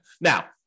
Now